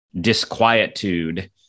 disquietude